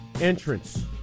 entrance